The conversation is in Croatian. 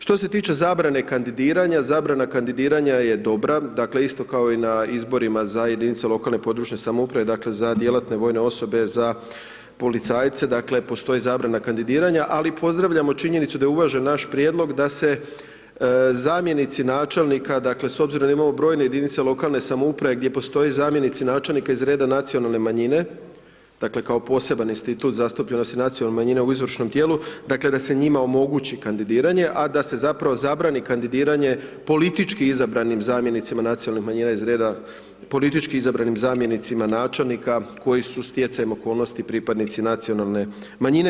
Što se tiče zabrana kandidiranja, zabrana kandidiranja je dobra, dakle, isto kao i na izborima za jedinice lokalne, područne samouprave dakle, za djelatne vojne osobe, za policajce, dakle, postoji zabrana kandidiranja, ali pozdravljamo činjenicu da je uvažen naš prijedlog, da se zamjenici načelnika, s obzirom da imamo brojne jedinice lokalne samouprave, gdje postoje zamjenici načelnika, iz reda nacionalne manjine, dakle, kao poseban institut zastupljenosti nacionalne manjine u izvršnom tijelu, da se njima omogući kandidiranje, a da se zapravo zabrani kandidiranje, političkim izabranim zamjenicima nacionalnih manjina iz reda političkih izabranih zamjenicima načelnika, koji su stjecajem okolnosti pripadnici nacionalne manjine.